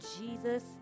jesus